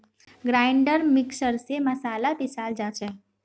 grinder mixer स मसाला पीसाल जा छे